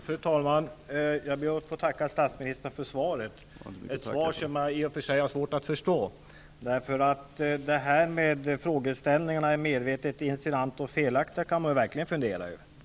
Fru talman! Jag ber att få tacka statsministern för svaret -- ett svar som jag i och för sig har svårt att förstå. Det här med att frågeställningarna är medvetet insinuanta och felaktiga kan man verkligen fundera över.